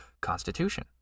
Constitution